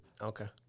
Okay